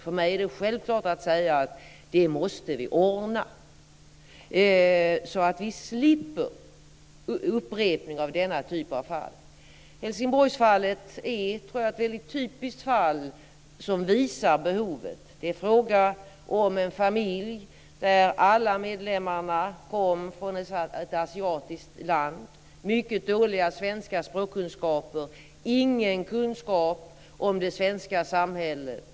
För mig är det självklart att säga att vi måste ordna detta så att vi slipper en upprepning av denna typ av fall. Helsingborgsfallet är, tror jag, ett väldigt typiskt fall som visar behovet. Det var en familj där alla medlemmar kom från ett asiatiskt land. De hade mycket dåliga svenska språkkunskaper och ingen kunskap om det svenska samhället.